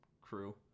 crew